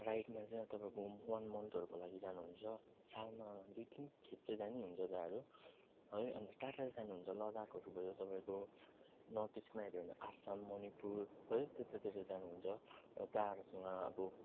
राइडमा चाहिँ अब तपाईँको वान मन्थहरूको लागि जानुहुन्छ सालमा दुई तिन खेप त जानै हुन्छ दाहरू है अन्त टाढा टाढा जानुहुन्छ लद्दाखहरू भयो तपाईँको नर्थइस्टमा हेर्यौँ भने आसाम मणिपुर है त्यतातिर जानुहुन्छ र दाहरूसँग अब